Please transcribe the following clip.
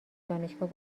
دانشگاه